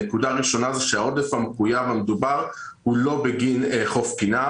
נקודה ראשונה זה שהעודף המחויב המדובר הוא לא בגין חוף כינר.